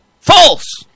false